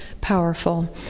powerful